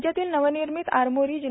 राज्यातील नवनिर्मित आरमोरी जि